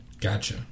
Gotcha